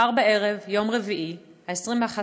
מחר בערב, יום רביעי, 21 ביוני,